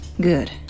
Good